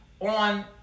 on